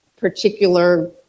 particular